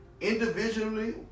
Individually